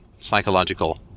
psychological